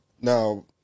Now